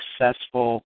successful